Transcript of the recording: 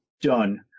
done